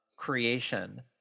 creation